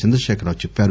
చంద్రశేఖరరావు చెప్పారు